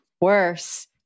worse